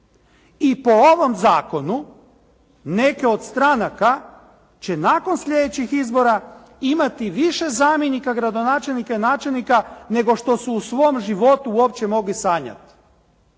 I po ovom zakonu neke od stranaka će nakon sljedećih izbora imati više zamjenika gradonačelnika i načelnika nego što su u svom životu uopće mogli sanjati.